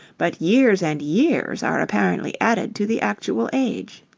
but years and years are apparently added to the actual age.